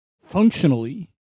functionally